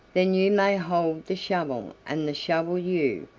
then you may hold the shovel, and the shovel you,